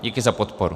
Díky za podporu.